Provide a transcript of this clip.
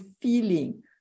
feeling